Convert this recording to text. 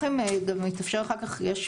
שלום, נעים מאוד, אני מתמודד נפש.